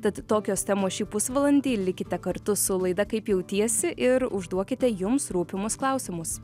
tad tokios temos šį pusvalandį likite kartu su laida kaip jautiesi ir užduokite jums rūpimus klausimus